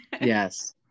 Yes